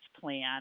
plan